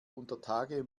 untertage